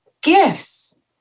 gifts